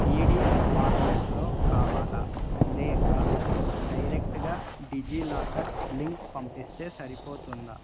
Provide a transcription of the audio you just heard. P D F ఫార్మాట్లో కావాలా లేక డైరెక్ట్గా డిజిలాకర్ లింక్ పంపిస్తే సరిపోతుందా